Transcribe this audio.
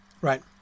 right